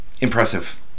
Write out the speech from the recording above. impressive